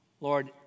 Lord